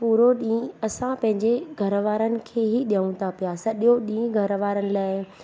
पूरो ॾींहुं असां पंहिंजे घरवारनि खे ई ॾियूं था पिया सॼो ॾींहुं घरवारनि लाइ